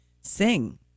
sing